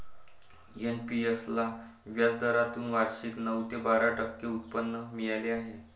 NPS ला व्याजदरातून वार्षिक नऊ ते बारा टक्के उत्पन्न मिळाले आहे